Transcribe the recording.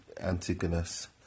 Antigonus